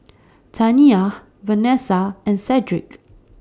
Taniyah Vanessa and Sedrick